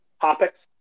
topics